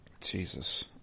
Jesus